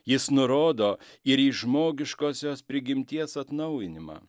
jis nurodo ir į žmogiškosios prigimties atnaujinimą